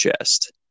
chest